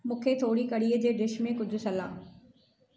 मूंखे थोरी कढ़ीअ जी डिश में कुझु सलाह